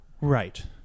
Right